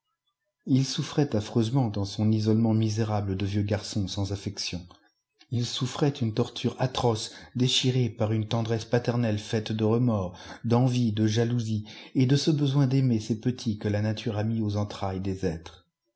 il souffrait affreusement dans son isolement misérable de vieux garçon sans affections il souffrait une torture atroce déchiré par une tendresse paternelle faite de remords d'envie de jalousie et de ce besoin d'aimer ses petits que la nature a mis aux entrailles des êtres